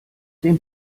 dem